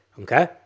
okay